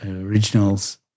originals